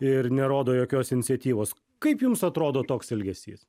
ir nerodo jokios iniciatyvos kaip jums atrodo toks elgesys